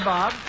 Bob